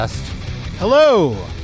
Hello